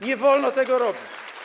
Nie wolno tego robić.